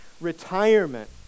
retirement